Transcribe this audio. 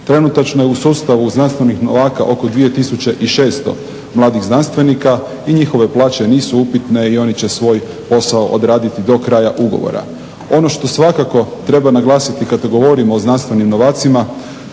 Trenutačno je u sustavu znanstvenih novaka oko 2 600 mladih znanstvenika i njihove plaće nisu upitne i oni će svoj posao odraditi do kraja ugovora. Ono što svakako treba naglasiti kada govorimo o znanstvenim novacima,